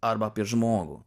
arba apie žmogų